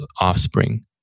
offspring